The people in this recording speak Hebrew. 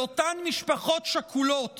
אבל על כבודן של אותן משפחות שכולות